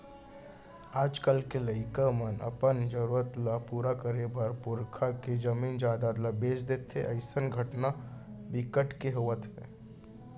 आजकाल के लइका मन अपन जरूरत ल पूरा करे बर पुरखा के जमीन जयजाद ल बेच देथे अइसन घटना बिकट के होवत हे